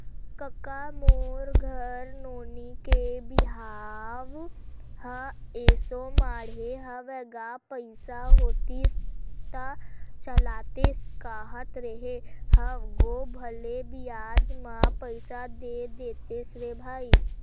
कका मोर घर नोनी के बिहाव ह एसो माड़हे हवय गा पइसा होतिस त चलातेस कांहत रेहे हंव गो भले बियाज म पइसा दे देतेस रे भई